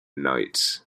nights